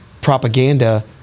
propaganda